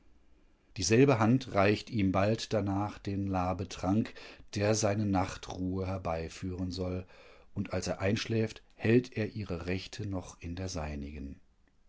dieselbe hand reicht ihm bald danach den labetrank der seine nachtruhe herbeiführen soll und als er einschläft hält er ihre rechte noch in der seinigen